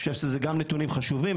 גם נתונים חשובים.